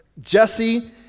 Jesse